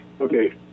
Okay